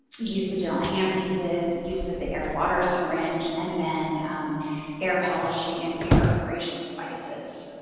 use of dental handpieces, use of the air water syringe, and then air polishing and air abrasion devices.